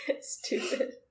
stupid